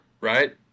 right